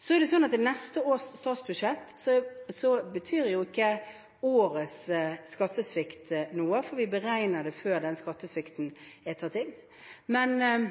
Så er det sånn at for neste års statsbudsjett betyr ikke årets skattesvikt noe, for vi beregner det før denne skattesvikten er tatt inn.